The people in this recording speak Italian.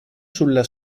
sulla